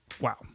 Wow